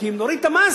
כי אם נוריד את המס,